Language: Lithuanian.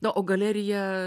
na o galerija